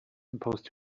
supposed